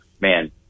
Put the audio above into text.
man